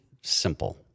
simple